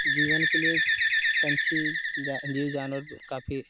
जीवन के लिए पक्षी जा जीव जानवर काफी